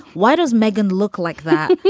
why does megan look like that?